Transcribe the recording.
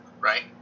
right